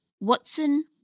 Watson